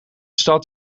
stad